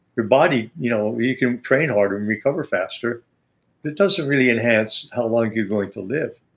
your body, you know you can train harder and recover faster but it doesn't really enhance how long you're going to live.